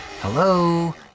hello